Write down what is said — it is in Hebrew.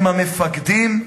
הם המפקדים,